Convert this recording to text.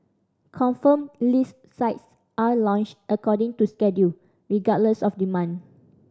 confirmed list sites are launched according to schedule regardless of demand